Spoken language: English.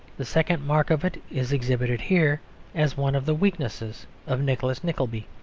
the second mark of it is exhibited here as one of the weaknesses of nicholas nickleby.